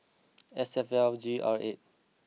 S F L G R eight